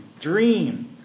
dream